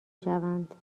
شوند